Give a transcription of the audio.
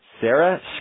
Sarah